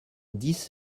dix